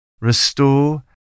Restore